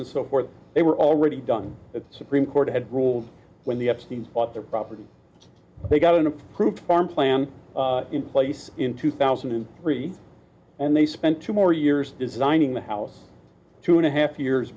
and so forth they were already done at the supreme court had ruled when the epstein's bought their property they got an approved farm plan in place in two thousand and three and they spent two more years designing the house two and a half years